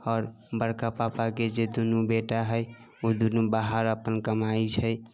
आओर बड़का पापाके जे दुनू बेटा हइ ओ दुनू बाहर अपन कमाइत छै